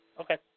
Okay